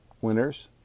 winners